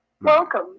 welcome